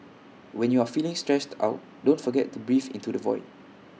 when you are feeling stressed out don't forget to breathe into the void